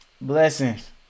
Blessings